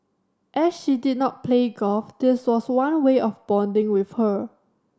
as she did not play golf this was one way of bonding with her